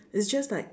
it's just like